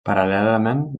paral·lelament